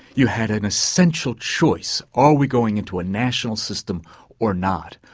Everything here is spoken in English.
you had an essential choice are we going into a national system or not?